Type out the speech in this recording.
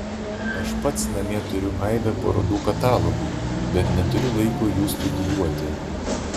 aš pats namie turiu aibę parodų katalogų bet neturiu laiko jų studijuoti